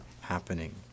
happening